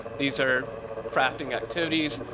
these are crafting activities.